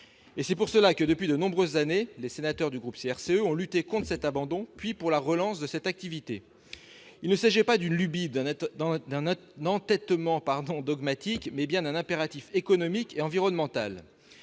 C'est pour cela que, depuis de nombreuses années, les sénateurs du groupe CRCE ont lutté contre un tel abandon, puis pour la relance de l'activité. Il s'agit non pas d'une lubie ou d'un entêtement dogmatique, mais bien d'un impératif économique et environnemental.